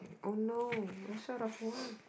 oh no I short of one